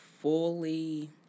fully